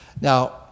Now